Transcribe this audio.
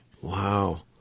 Wow